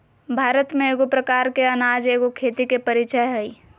भारत में एगो प्रकार के अनाज एगो खेती के परीचय हइ